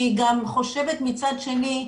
אני גם חושבת מצד שני,